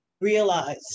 realize